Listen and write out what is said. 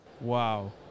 Wow